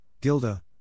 Gilda